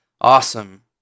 awesome